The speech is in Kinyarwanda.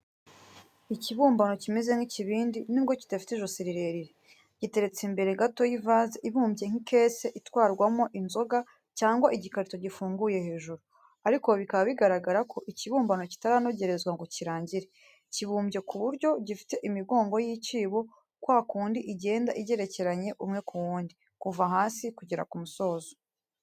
Ikibumbano kimeze nk'ikibindi, nubwo kidafite ijosi rirerire. Giteretse imbere gato y'ivaze ibumbye nk'ikese itwarwamo inzoga cyangwa igikarito gifunguye hejuru, ariko bikaba bigaragara ko ikibumbano kitaranogerezwa ngo kirangire, kibumbye ku buryo gifite imigongo y'icyibo, kwa kundi igenda igerekeranye umwe ku wundi, kuva hasi kugera ku musozo.